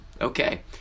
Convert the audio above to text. okay